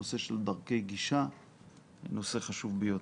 נושא של דרכי גישה שהוא נושא חשוב ביותר.